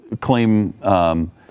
claim